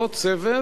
"סבב",